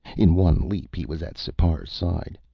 in one leap, he was at sipar's side.